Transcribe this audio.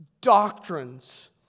doctrines